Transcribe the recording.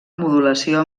modulació